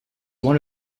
one